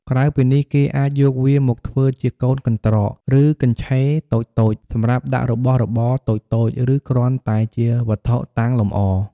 ក្រៅពីនេះគេអាចយកវាមកធ្វើជាកូនកន្ត្រក ឬកញ្ឆេរតូចៗ សម្រាប់ដាក់របស់របរតូចៗ ឬគ្រាន់តែជាវត្ថុតាំងលម្អ។